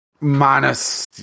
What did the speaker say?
minus